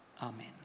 Amen